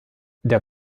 der